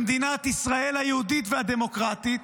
במדינת ישראל היהודית והדמוקרטית,